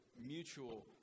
mutual